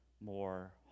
more